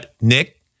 Nick